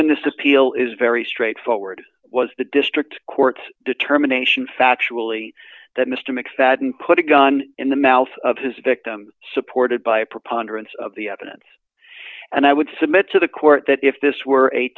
in this appeal is very straightforward was the district court's determination factually that mr mcfadden put a gun in the mouth of his victim supported by a preponderance of the evidence and i would submit to the court that if this were a